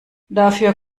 dafür